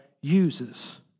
uses